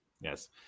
Yes